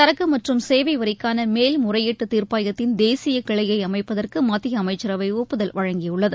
சரக்கு மற்றும் சேவை வரிக்கான மேல்முறையீட்டு தீர்ப்பாயத்தின் தேசிய கிளையை அமைப்பதற்கு மத்திய அமைச்சரவை ஒப்புதல் வழங்கியுள்ளது